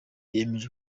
yemeje